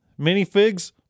minifigs